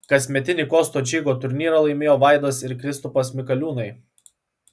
kasmetinį kosto čygo turnyrą laimėjo vaidas ir kristupas mikaliūnai